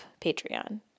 patreon